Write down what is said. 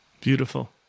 Beautiful